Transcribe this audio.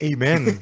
Amen